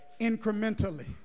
incrementally